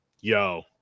Yo